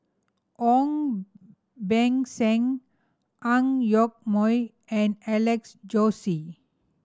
Ong Beng Seng Ang Yoke Mooi and Alex Josey